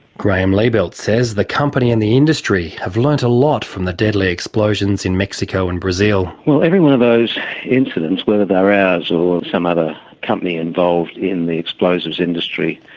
graeme liebelt says the company and the industry have learnt a lot from the deadly explosions in mexico and brazil. well, every one of those incidents, whether they were ours or some other company involved in the explosives industry,